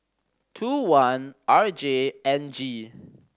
two one R J N G